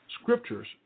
scriptures